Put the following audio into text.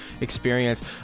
experience